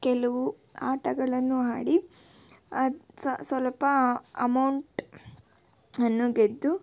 ಕೆಲವು ಆಟಗಳನ್ನು ಆಡಿ ಸ್ವಲ್ಪ ಅಮೌಂಟನ್ನು ಗೆದ್ದು